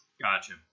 Gotcha